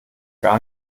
gar